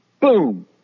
Boom